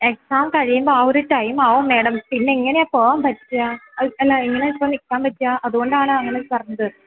exam കഴിയുമ്പോൾ ആ ഒരു ടൈമാകും മേഡം പിന്നെ എങ്ങനെയാണ് പോകാൻ പറ്റുക അല്ല എങ്ങനെയാണിപ്പോൾ നിൽക്കാൻ പറ്റുക അതു കൊണ്ടാണ് അങ്ങനെ പറഞ്ഞത്